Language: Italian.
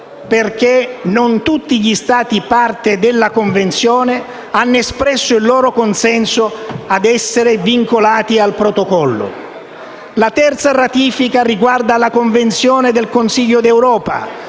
perché non tutti gli Stati parte della Convenzione hanno espresso il loro consenso ad essere vincolati al Protocollo. La terza ratifica riguarda la Convenzione del Consiglio d'Europa